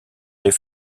les